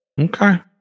Okay